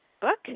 book